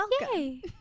Welcome